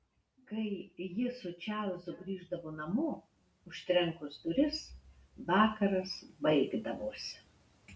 kai ji su čarlzu grįždavo namo užtrenkus duris vakaras baigdavosi